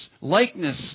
likeness